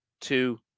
two